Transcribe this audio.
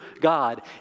God